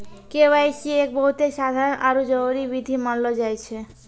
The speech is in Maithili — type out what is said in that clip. के.वाई.सी एक बहुते साधारण आरु जरूरी विधि मानलो जाय छै